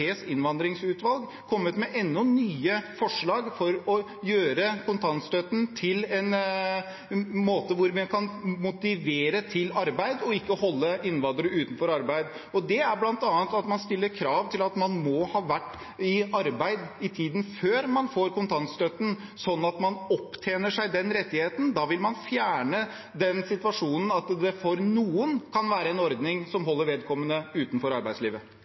også kommet med nye forslag for å gjøre kontantstøtten til en måte å motivere til arbeid på og ikke holde innvandrere utenfor arbeid, bl.a. at man stiller krav til at man må ha vært i arbeid i tiden før man får kontantstøtten, sånn at man opptjener seg den rettigheten. Da vil man fjerne den situasjonen at det for noen kan være en ordning som holder vedkommende utenfor arbeidslivet.